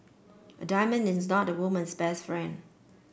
a diamond is not a woman's best friend